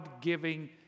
giving